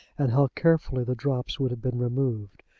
and how carefully the drops would have been removed.